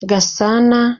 gasana